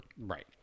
Right